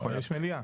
בליאק